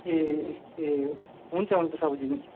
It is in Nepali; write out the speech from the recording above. ए ए हुन्छ हुन्छ साहुजी हुन्छ